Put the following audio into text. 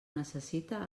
necessita